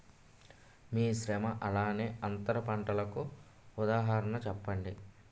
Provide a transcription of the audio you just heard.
మిశ్రమ అలానే అంతర పంటలకు ఉదాహరణ చెప్పండి?